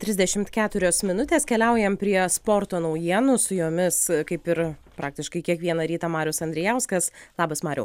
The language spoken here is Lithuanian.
trisdešimt keturios minutės keliaujam prie sporto naujienų su jomis kaip ir praktiškai kiekvieną rytą marius andrijauskas labas mariau